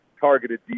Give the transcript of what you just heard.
targeted